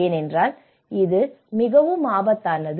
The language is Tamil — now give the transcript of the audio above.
ஏனெனில் இது மிகவும் ஆபத்தானது